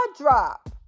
drop